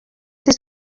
des